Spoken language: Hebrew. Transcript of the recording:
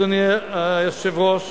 אדוני היושב-ראש,